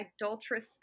adulterous